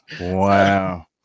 Wow